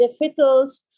difficult